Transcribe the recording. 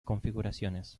configuraciones